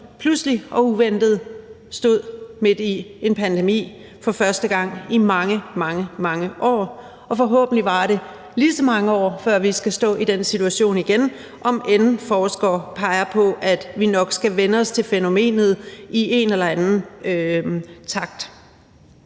pludseligt og uventet stod midt i en pandemi for første gang i mange, mange år. Og forhåbentlig varer det lige så mange år, før vi skal stå i den situation igen, om end forskere peger på, at vi nok skal vænne os til fænomenet i en eller anden grad.